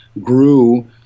grew